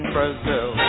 Brazil